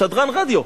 שדרן רדיו,